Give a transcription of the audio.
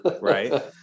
Right